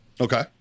Okay